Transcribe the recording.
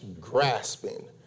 grasping